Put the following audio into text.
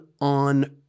on